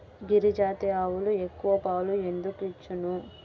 గిరిజాతి ఆవులు ఎక్కువ పాలు ఎందుకు ఇచ్చును?